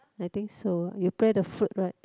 I think so you play the flute right